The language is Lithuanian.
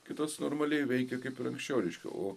kitos normaliai veikia kaip ir anksčiau reiškia o